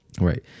right